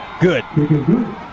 good